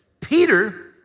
Peter